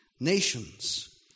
nations